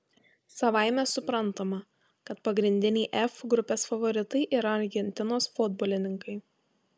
savaime suprantama kad pagrindiniai f grupės favoritai yra argentinos futbolininkai